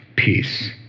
peace